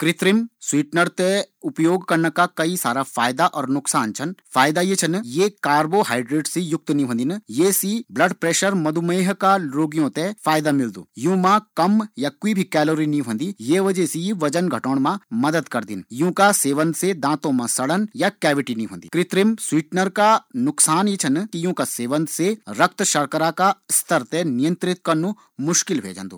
कृत्रिम स्वीटनर ते उपयोग कन्ना का फायदा और नुक्सान छन, फायदा यी छन कि कृत्रिम स्वीटनर कु उपयोग कन्ना सी मधुमेह और उच्च रक्तचाप की बिमारी ते काबू मा करए जे सकदु परन्तु यु का सेवन से रक्त मा शर्करा की मात्र ते नियंत्रित कन्नू मुश्किल च।